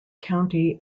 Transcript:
county